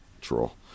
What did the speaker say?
troll